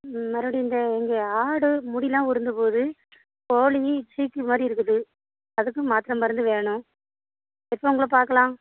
மறுபடி இந்த இங்கே ஆடு முடிலாம் உதிர்ந்து போகுது கோழி சீக்கு மாதிரி இருக்குது அதுக்கும் மாத்திரை மருந்து வேணும் எப்போ உங்களை பார்க்கலாம்